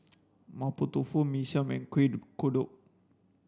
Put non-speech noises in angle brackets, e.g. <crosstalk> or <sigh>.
Mapo Tofu Mee Siam Kueh <unintelligible> Kodok